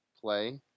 play